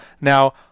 Now